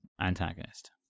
antagonist